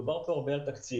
דובר כאן הרבה על תקציב.